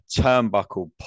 turnbuckle